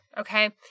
Okay